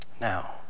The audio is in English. Now